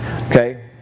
okay